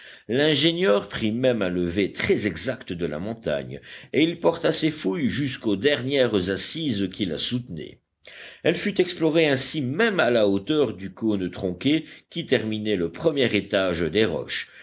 l'ingénieur prit même un levé très exact de la montagne et il porta ses fouilles jusqu'aux dernières assises qui la soutenaient elle fut explorée ainsi même à la hauteur du cône tronqué qui terminait le premier étage des roches